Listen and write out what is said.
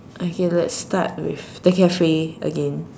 okay let's start with the cafe again